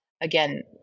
again